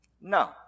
No